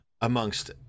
amongst